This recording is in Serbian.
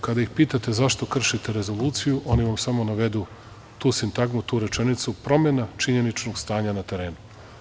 Kada ih pitate zašto kršite Rezoluciju oni vam samo navedu tu sintagmu, tu rečenicu, promena činjeničnog stanja na terenu.